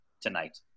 tonight